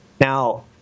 Now